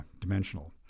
dimensional